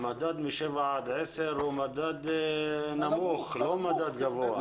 המדד משבע עד עשר הוא מדד נמוך ולא מדד גבוה.